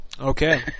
Okay